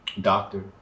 doctor